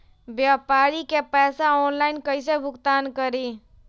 व्यापारी के पैसा ऑनलाइन कईसे भुगतान करी?